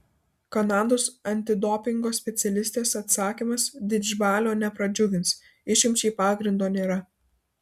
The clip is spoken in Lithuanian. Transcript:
kanados antidopingo specialistės atsakymas didžbalio nepradžiugins išimčiai pagrindo nėra